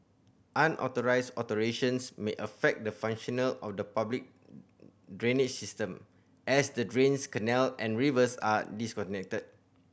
Unauthorised alterations may affect the functional of the public drainage system as the drains canal and rivers are disconnected